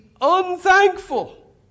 unthankful